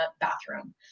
bathroom